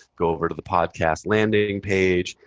go over to the podcast landing page.